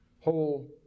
whole